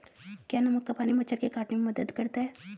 क्या नमक का पानी मच्छर के काटने में मदद करता है?